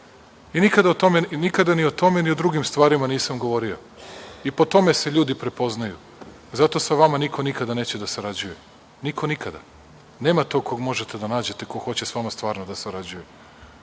Nikada ni o tome, ni o drugim stvarima nisam govorio i po tome se ljudi prepoznaju. Zato sa vama niko nikada neće da sarađuje, niko, nikada. Nema tog kog možete da nađete ko hoće sa vama stvarno da sarađuje,